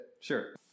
Sure